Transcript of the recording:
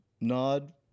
nod